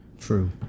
True